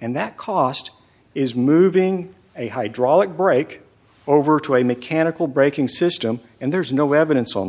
and that cost is moving a hydraulic brake over to a mechanical braking system and there's no evidence on